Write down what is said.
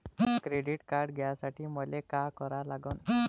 Credit card घ्यासाठी मले का करा लागन?